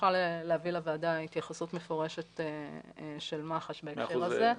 נוכל להביא לוועדה התייחסות מפורשת של מח"ש בהקשר הזה.